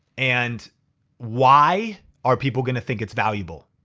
and why are people gonna think it's valuable?